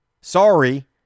Sorry